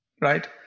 Right